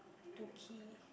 Doki